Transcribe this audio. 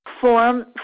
form